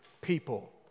people